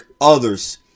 others